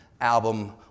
album